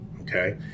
okay